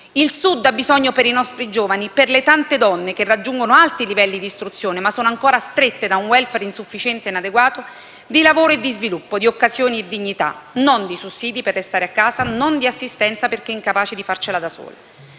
Il Sud ha bisogno per i nostri giovani, per le tante donne che raggiungono alti livelli di istruzione, ma sono ancora strette da un *welfare* insufficiente e inadeguato, di lavoro e sviluppo, di occasioni e dignità, e non di sussidi per restare a casa, non di assistenza perché incapaci di farcela da sole;